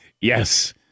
yes